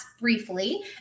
briefly